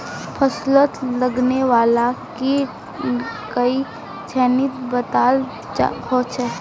फस्लोत लगने वाला कीट कई श्रेनित बताल होछे